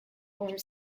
war